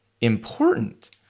important